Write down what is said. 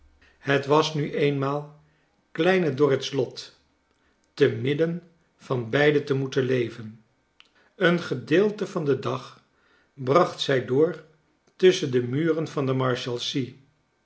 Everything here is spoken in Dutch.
het was nu eenmaal kleine dorrit's lot te midden van beide te moeten leven een gedeelte van den dag bracht zij door tusschen de muren van de llarshalsea